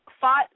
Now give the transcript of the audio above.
fought